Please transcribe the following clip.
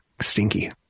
Stinky